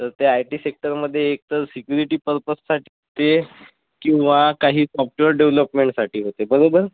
तर ते आयटी सेक्टरमधे एक तर सिक्युरिटी पर्पजसाठी ते किंवा काही सॉफ्टवेअर डेवलपमेंटसाठी होते बरोबर